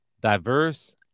diverse